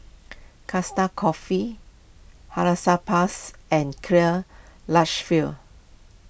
Costa Coffee Hansaplast and Karl Lagerfeld